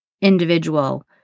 individual